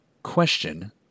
Question